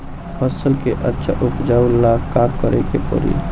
फसल के अच्छा उपजाव ला का करे के परी?